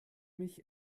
mich